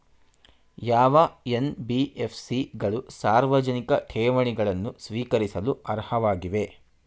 ಯಾವ ಎನ್.ಬಿ.ಎಫ್.ಸಿ ಗಳು ಸಾರ್ವಜನಿಕ ಠೇವಣಿಗಳನ್ನು ಸ್ವೀಕರಿಸಲು ಅರ್ಹವಾಗಿವೆ?